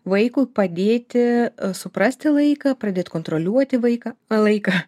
vaikui padėti suprasti laiką pradėt kontroliuoti vaiką laiką